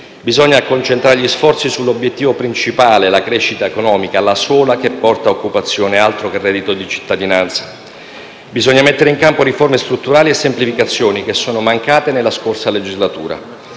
Bisogna concentrare gli sforzi sull'obiettivo principale - la crescita economica - la sola che porta occupazione, altro che reddito di cittadinanza! Bisogna mettere in campo riforme strutturali e semplificazione, che sono mancate nella scorsa legislatura.